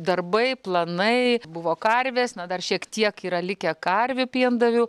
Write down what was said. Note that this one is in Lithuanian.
darbai planai buvo karvės na dar šiek tiek yra likę karvių piendavių